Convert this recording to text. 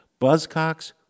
Buzzcocks